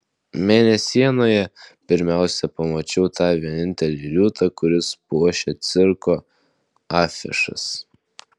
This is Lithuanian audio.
mėnesienoje pirmiausia pamačiau tą vienintelį liūtą kuris puošia cirko afišas